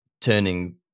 turning